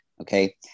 Okay